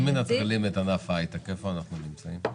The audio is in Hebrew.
אם מנטרלים את ענף ההייטק איפה אנחנו נמצאים?